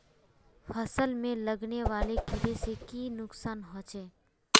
फसल में लगने वाले कीड़े से की नुकसान होचे?